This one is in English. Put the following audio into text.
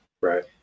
Right